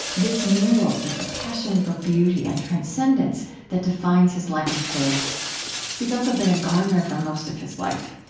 this mingles with the passion for beauty and transcendence that defines his life of faith he's also been a gardener for most of his life.